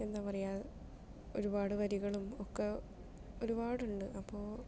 എന്താ പറയുക ഒരുപാട് വരികളും ഒക്കെ ഒരുപാട് ഉണ്ട് അപ്പോൾ